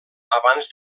abans